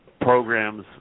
programs